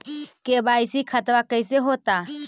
KYC खतबा कैसे होता?